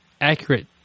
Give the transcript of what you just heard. accurate